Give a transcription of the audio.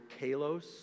kalos